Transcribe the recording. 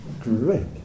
Great